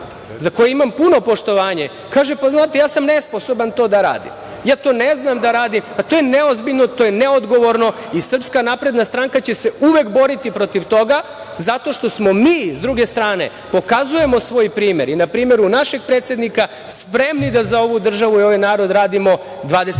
za koje imam puno poštovanje, kaže – znate, ja sam nesposoban to da radim, ja to ne znam da radim. To je neozbiljno, to je neodgovorno i SNS će se uvek boriti protiv toga zato smo mi, s druge strane, pokazujemo svoj primer i na primeru našeg predsednika, spremni da za ovu državu i ovaj narod radimo 24